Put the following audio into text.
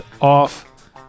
off